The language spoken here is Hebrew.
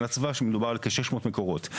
להגנת הסביבה, שמדובר על כ-600 מקורות.